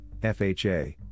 FHA